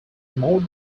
more